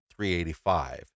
385